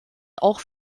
auch